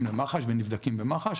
שמגיעים למח"ש ונבדקים במח"ש.